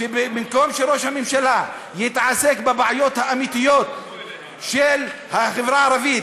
במקום שראש הממשלה יתעסק בבעיות האמיתיות של החברה הערבית,